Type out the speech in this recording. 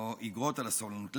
או איגרות על הסובלנות,